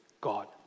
God